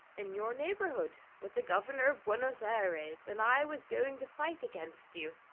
in your neighbourhood, with the governor of buenos ayres and i was going to fight against you.